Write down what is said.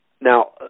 now